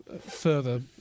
further